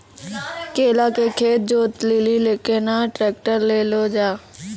केला के खेत जोत लिली केना ट्रैक्टर ले लो जा?